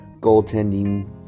goaltending